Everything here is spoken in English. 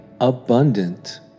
abundant